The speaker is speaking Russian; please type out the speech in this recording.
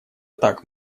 так